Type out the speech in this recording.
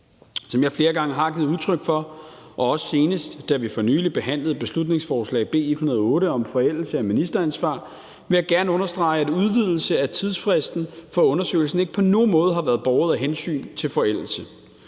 Som jeg flere gange har givet udtryk for, senest, da vi for nylig behandlede beslutningsforslag B 108 om forældelse af ministeransvar, vil jeg gerne understrege, at udvidelse af tidsfristen for undersøgelsen ikke på nogen måde har været båret af hensyn til forældelse.